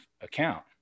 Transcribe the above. account